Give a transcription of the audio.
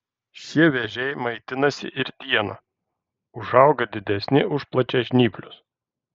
šie vėžiai maitinasi ir dieną užauga didesni už plačiažnyplius